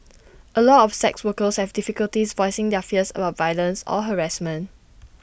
A lot of sex workers have difficulties voicing their fears about violence or harassment